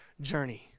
journey